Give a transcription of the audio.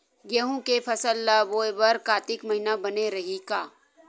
गेहूं के फसल ल बोय बर कातिक महिना बने रहि का?